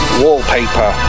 wallpaper